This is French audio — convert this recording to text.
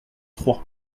trois